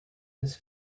his